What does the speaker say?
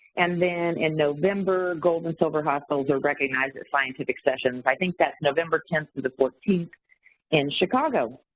and then in november, gold and silver hospitals are recognized at scientific sessions, i think that's november ten through the fourteen in chicago.